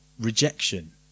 rejection